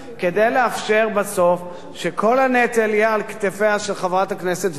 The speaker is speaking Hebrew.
כדי לאפשר בסוף שכל הנטל יהיה על כתפיה של חברת הכנסת וילף,